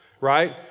right